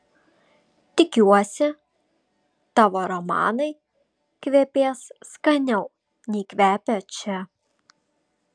tikiuosi tavo romanai kvepės skaniau nei kvepia čia